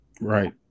Right